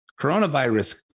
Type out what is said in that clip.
Coronavirus